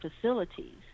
facilities